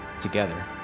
together